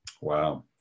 Wow